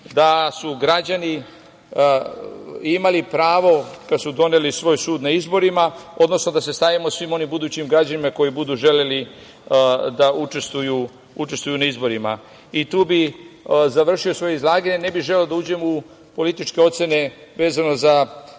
da su građani imali pravo, kada su doneli svoj sud na izborima, odnosno da se stavimo svim onim budućim građanima koji budu želeli da učestvuju na izborima. Tu bi završio svoje izlaganje, ne bi želeo da uđem u političke ocene vezano za